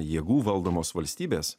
jėgų valdomos valstybės